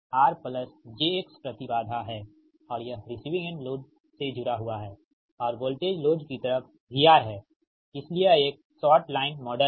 R j X प्रति बाधा है और यह रिसीविंग एंड लोड जुड़ा हुआ है और वोल्टेज लोड की तरफ VR है इसलिए यह एक शॉर्ट लाइन मॉडल है